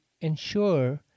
ensure